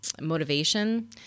motivation